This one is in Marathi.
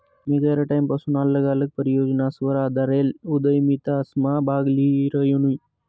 मी गयरा टाईमपसून आल्लग आल्लग परियोजनासवर आधारेल उदयमितासमा भाग ल्ही रायनू